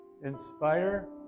Inspire